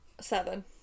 seven